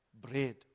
bread